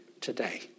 today